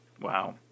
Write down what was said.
Wow